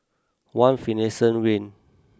One Finlayson Green